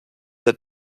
der